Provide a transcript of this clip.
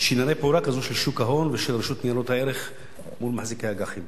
אם יש פעולה כזאת של שוק ההון ושל רשות ניירות ערך מול מחזיקי אג"חים.